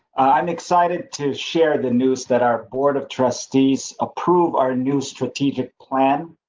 i'm excited to share the news that our board of trustees approve. our new strategic plan.